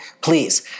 please